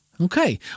Okay